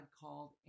called